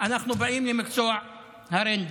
אנחנו באים למקצוע הרנטגן.